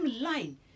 line